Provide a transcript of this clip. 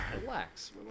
relax